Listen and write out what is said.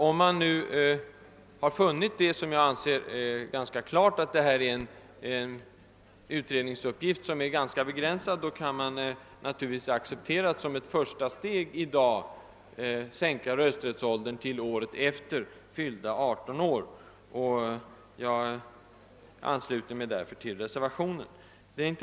Om man finner, vilket enligt min uppfattning är klarlagt, att detta är en begränsad utredningsuppgift, kan man naturligtvis såsom ett första steg i dag acceptera förslaget att sänka rösträttsåldern till året efter fyllda 18 år. Jag ansluter mig därför till reservationen vid konstitutionsutskottets utlåtande nr 9.